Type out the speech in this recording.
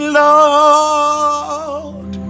lord